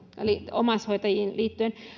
omaishoitajiin liittyen